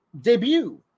debut